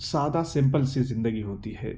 سادہ سمپل سی زندگی ہوتی ہے